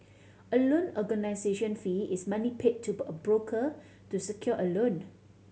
a loan organisation fee is money paid to a broker to secure a loan